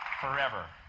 forever